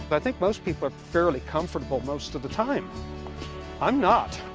but i think most people are fairly comfortable most of the time i'm not